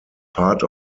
part